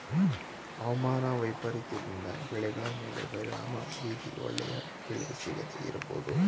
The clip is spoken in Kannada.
ಅವಮಾನ ವೈಪರೀತ್ಯದಿಂದ ಬೆಳೆಗಳ ಮೇಲೆ ಪರಿಣಾಮ ಬೀರಿ ಒಳ್ಳೆಯ ಬೆಲೆ ಸಿಗದೇ ಇರಬೋದು